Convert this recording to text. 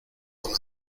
con